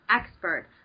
expert